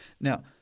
Now—